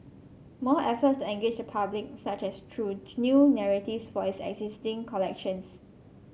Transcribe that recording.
more efforts to engage public such as through new narratives for its existing collections